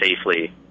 safely